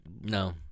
No